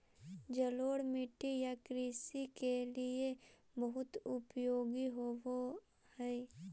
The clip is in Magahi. जलोढ़ मिट्टी या कृषि के लिए बहुत उपयोगी होवअ हई